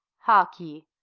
hark ye,